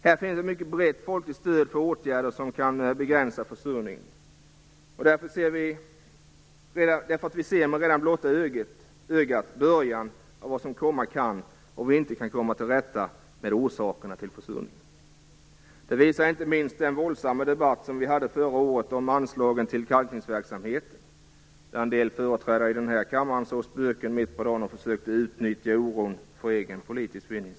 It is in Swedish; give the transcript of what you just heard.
Det finns ett mycket brett folkligt stöd för åtgärder som kan begränsa försurningen, därför att vi med blotta ögat redan ser början av vad som komma skall om vi inte kommer tillrätta med orsakerna till försurningen. Det visar inte minst den våldsamma debatt vi hade förra året om anslagen till kalkningsverksamheten där en del företrädare i denna kammare såg spöken mitt på dagen och försökte utnyttja oron för egen politisk vinning.